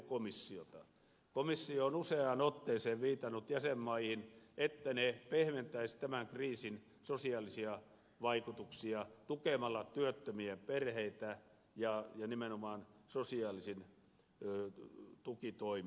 komissio on useaan otteeseen viitannut jäsenmaihin että ne pehmentäisivät tämän kriisin sosiaalisia vaikutuksia tukemalla työttömien perheitä ja nimenomaan sosiaalisin tukitoimin